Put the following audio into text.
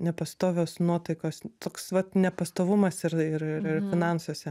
nepastovios nuotaikos toks vat nepastovumas ir ir ir finansuose